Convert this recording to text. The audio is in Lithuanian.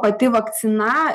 pati vakcina